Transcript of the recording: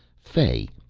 fay,